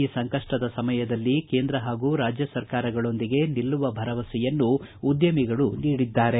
ಈ ಸಂಕಷ್ಟದ ಸಮಯದಲ್ಲಿ ಕೇಂದ್ರ ಹಾಗೂ ರಾಜ್ತ ಸರ್ಕಾರಗಳೊಂದಿಗೆ ನಿಲ್ಲುವ ಭರವಸೆಯನ್ನು ಉದ್ಯಮಿಗಳು ನೀಡಿದರು